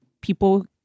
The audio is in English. people